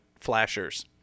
flashers